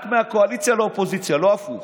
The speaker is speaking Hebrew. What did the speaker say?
רק מהקואליציה לאופוזיציה, לא הפוך.